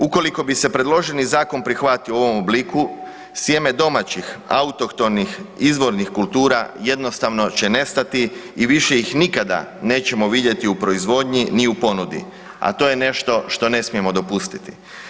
Ukoliko bi se predloženi zakon prihvatio u ovom obliku, sjemene domaćih autohtonih, izvornih kultura jednostavno će nestati i više ih nikada nećemo vidjeti u proizvodnji ni u ponudi, a to je nešto što ne smijemo dopustiti.